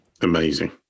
Amazing